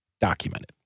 documented